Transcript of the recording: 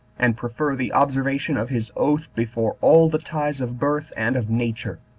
and prefer the observation of his oath before all the ties of birth and of nature.